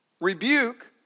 rebuke